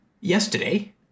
yesterday